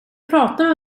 prata